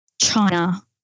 China